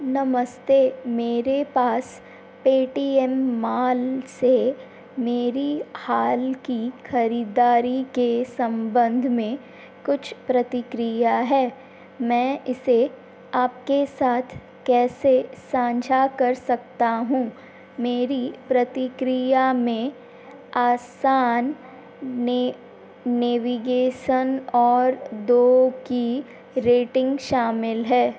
नमस्ते मेरे पास पेटीएम मॉल से मेरी हाल की ख़रीदारी के संबंध में कुछ प्रतिक्रिया है मैं इसे आपके साथ कैसे साझा कर सकता हूँ मेरी प्रतिक्रिया में आसान नेविगेसन और दो की रेटिंग शामिल है